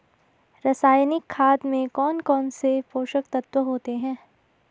रासायनिक खाद में कौन कौन से पोषक तत्व होते हैं?